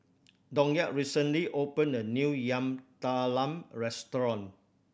Donat recently opened a new Yam Talam restaurant